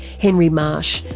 henry marsh,